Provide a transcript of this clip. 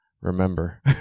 remember